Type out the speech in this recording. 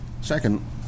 Second